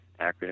acronym